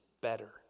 better